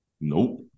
Nope